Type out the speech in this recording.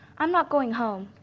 i'm not going home,